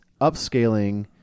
upscaling